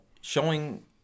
showing